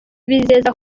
bizeza